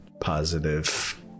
positive